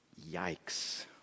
Yikes